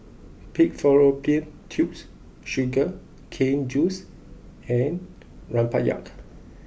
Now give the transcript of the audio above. Pig Fallopian Tubes Sugar Cane Juice and Rempeyek